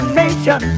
nation